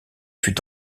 fut